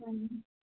হ্যাঁ